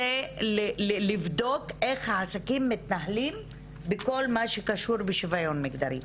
הוא לבדוק איך העסקים מתנהלים בכל מה שקשור בשוויון מגדרי.